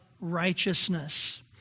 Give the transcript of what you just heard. righteousness